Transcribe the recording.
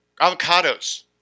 Avocados